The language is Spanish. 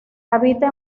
habita